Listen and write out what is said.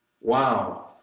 Wow